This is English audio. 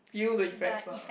feel the effects lah